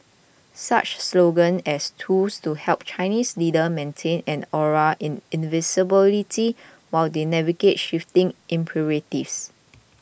such slogans as tools to help Chinese leaders maintain an aura in invincibility while they navigate shifting imperatives